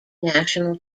national